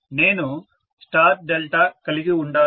నేను star delta కలిగి ఉండాలి